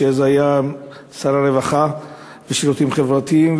כשהיה שר הרווחה והשירותים החברתיים,